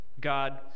God